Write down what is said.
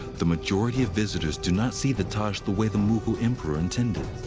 the majority of visitors do not see the taj the way the mughal emperor intended.